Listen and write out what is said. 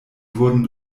wurden